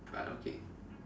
but okay